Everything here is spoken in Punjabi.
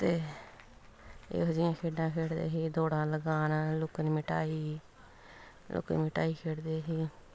ਅਤੇ ਇਹੋ ਜਿਹੀਆਂ ਖੇਡਾਂ ਖੇਡਦੇ ਸੀ ਦੌੜਾਂ ਲਗਾਉਣਾ ਲੁਕਣ ਮਿਟਾਈ ਲੁਕਣ ਮਿਟਾਈ ਖੇਡਦੇ ਸੀ